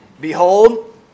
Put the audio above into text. Behold